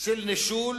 של נישול